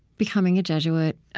becoming a jesuit,